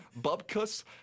Bubkus